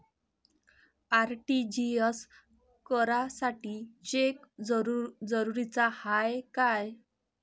RTGS करासाठी cheque जरुरीचा हाय काय?